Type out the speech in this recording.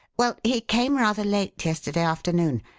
well, he came rather late yesterday afternoon,